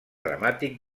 dramàtic